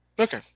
Okay